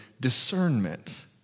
discernment